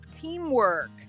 teamwork